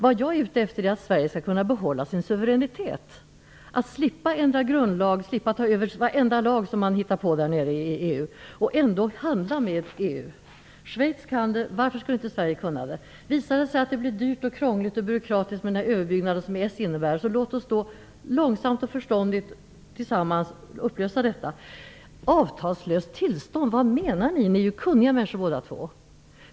Vad jag är ute efter är att Sverige skall kunna behålla sin suveränitet, att Sverige skall slippa att ändra sin grundlag och att ta över varenda lag som EU har hittat på, men att Sverige ändå skall kunna handla med EU. Schweiz kan det - varför skulle inte Sverige kunna det? Visar det sig att det blir dyrt, krångligt och byråkratiskt med den överbyggnad som EES innebär, låt oss då långsamt och förståndigt tillsammans upplösa den. Vad menar ni vidare med ett avtalslöst tillstånd? Ni är ju båda kunniga människor.